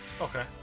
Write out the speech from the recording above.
Okay